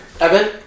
Evan